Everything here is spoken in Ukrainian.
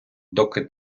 доки